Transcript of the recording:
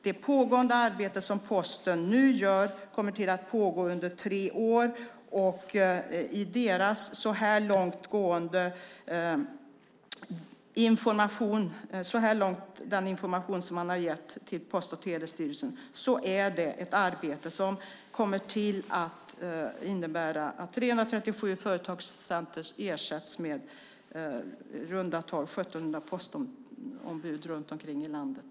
Det arbete som Posten nu gör kommer att pågå under tre år. Enligt den information som man så här långt har gett Post och telestyrelsen är det ett arbete som kommer att innebära att 337 företagscenter ersätts med i runda tal 1 700 postombud runt omkring i landet.